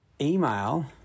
email